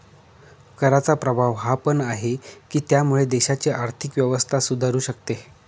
कराचा प्रभाव हा पण आहे, की त्यामुळे देशाची आर्थिक व्यवस्था सुधारू शकते